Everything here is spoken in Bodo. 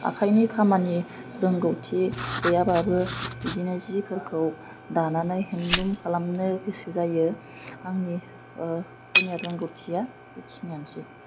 आखाइनि खामानि रोंगौथि गैयाबाबो बिदिनो जिफोरखौ दानानै हेन्ड लुम खालामनो गोसो जायो आंनि जुनिया रोंगौथिया बेखिनियानोसै